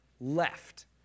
left